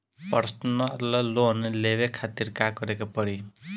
Personal loan लेवे खातिर का करे के पड़ी?